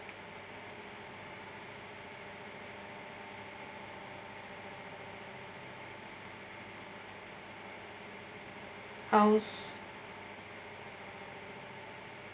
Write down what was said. house